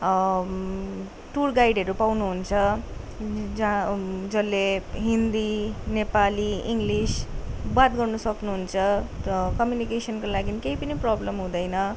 tour गाइडहरू पाउनुहुन्छ जहाँ जसले हिन्दी नेपाली इङ्ग्लिस बात गर्न सक्नुहुन्छ त कम्युनिकेसनको लागि केही पनि प्रब्लम हुँदैन